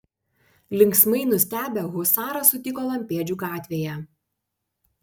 linksmai nustebę husarą sutiko lampėdžių gatvėje